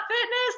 fitness